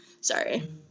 Sorry